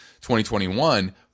2021